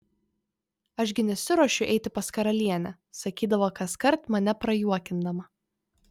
aš gi nesiruošiu eiti pas karalienę sakydavo kaskart mane prajuokindama